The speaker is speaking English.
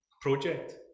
project